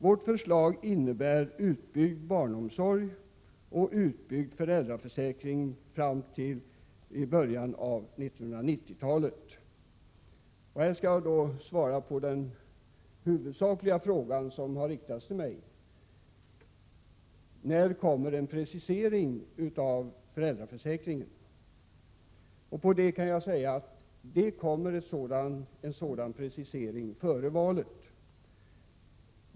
Vårt förslag innebär utbyggd barnomsorg och utbyggd föräldraförsäkring fram till början av 1990-talet. Jag skall svara på den huvudsakliga frågan som riktades till mig: När kommer en precisering av föräldraförsäkringen? Jag kan säga att en sådan precisering kommer före valet.